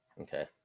okay